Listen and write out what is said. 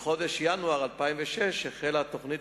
בחודש ינואר 2006 החלה הפעלת התוכנית